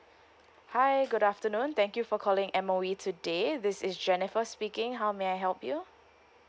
hi good afternoon thank you for calling M_O_E today this is jennifer speaking how may I help you